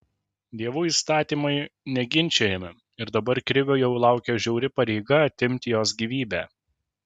dievų įstatymai neginčijami ir dabar krivio jau laukia žiauri pareiga atimti jos gyvybę